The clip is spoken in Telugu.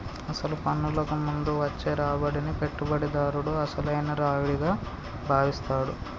అసలు పన్నులకు ముందు వచ్చే రాబడిని పెట్టుబడిదారుడు అసలైన రావిడిగా భావిస్తాడు